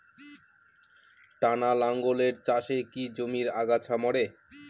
টানা লাঙ্গলের চাষে কি জমির আগাছা মরে?